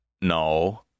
no